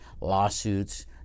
lawsuits